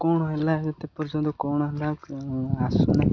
କ'ଣ ହେଲା ଏତେ ପର୍ଯ୍ୟନ୍ତ କଣ ହେଲା ଆସୁନାହିଁ